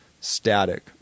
static